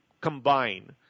combine